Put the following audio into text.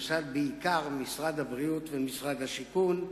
בעיקר משרד הבריאות ומשרד השיכון,